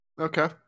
Okay